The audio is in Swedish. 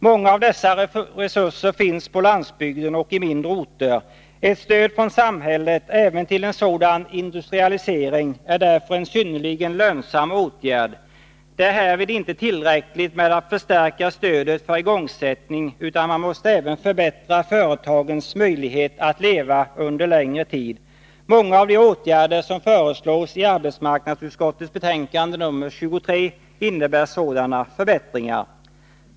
Många av dessa resurser finns på landsbygden och i mindre orter. Ett stöd från samhället även till en sådan industrialisering är därför en synnerligen lönsam åtgärd. Det är härvid inte tillräckligt att förstärka stödet för igångsättning, utan man måste även förbättra företagens möjlighet att leva under en längre tid. Många av de åtgärder som föreslås i arbetsmarknadsutskottets betänkande 23 innebär sådana förbättringar.